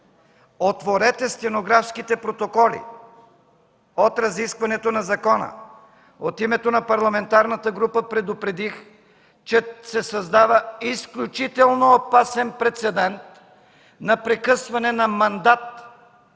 Отворете стенографските протоколи от разискването на закона. От името на парламентарната група предупредих, че се създава изключително опасен прецедент на прекъсване на мандат